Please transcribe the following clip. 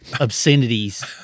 obscenities